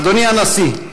אדוני הנשיא,